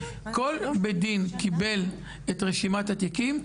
כל בית דין קיבל את רשימת התיקים,